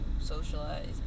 socialize